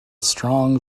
strong